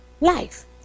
life